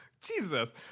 Jesus